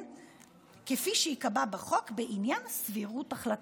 כפי שייקבע בחוק בעניין סבירות החלטתם.